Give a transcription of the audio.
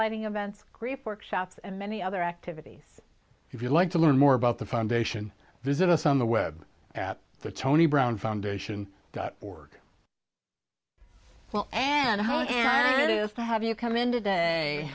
lighting events grief workshops and many other activities if you'd like to learn more about the foundation visit us on the web at the tony brown foundation dot org well and holy and it is to have you come in today